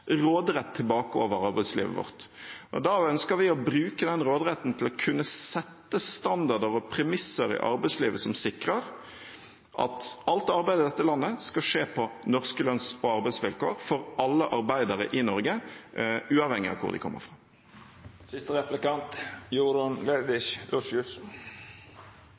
tilbake råderetten over arbeidslivet vårt, og da ønsker vi å bruke den råderetten til å kunne sette standard og premisser i arbeidslivet som sikrer at alt arbeid i dette landet, for alle arbeidere i Norge, uavhengig av hvor de kommer fra, skal skje på norske lønns- og arbeidsvilkår.